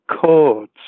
chords